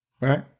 right